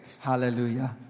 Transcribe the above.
Hallelujah